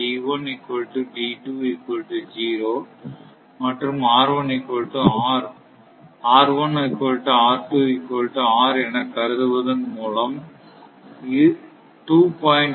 பின்னர் மற்றும் என கருதுவதன் மூலம் 2